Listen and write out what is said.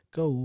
go